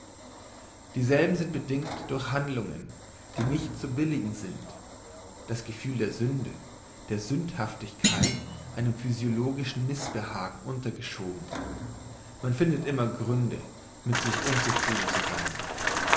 dieselben sind bedingt durch handlungen die nicht zu billigen sind das gefühl der sünde der sündhaftigkeit einem physiologischen missbehagen untergeschoben man findet immer gründe mit sich unzufrieden zu sein